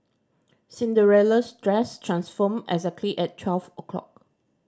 Cinderella's dress transformed exactly at twelve o'clock